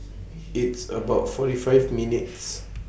It's about forty five minutes